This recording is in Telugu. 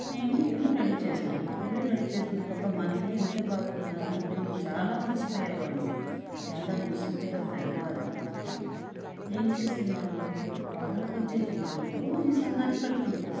నేను ఇల్లు రెడీ చేశాను ఇల్లు రెడీ చేసినాక అబ్బా మన ఇల్లు ఇంత బాగుందా అని పిల్లలు చాలా మురిసిపోయేవాళ్లు చాలా మురిసిపోయిన తర్వాత ఏం చేస్తున్నారు వాళ్ళకొచ్చే జీతంలో ఈ సంఘానికి కట్టుకుంటున్నారు